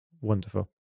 wonderful